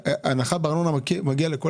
שיניים.